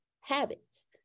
habits